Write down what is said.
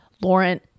Lauren